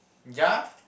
ya